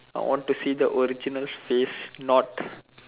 I want to see the original face not